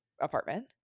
apartment